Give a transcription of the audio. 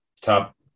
Top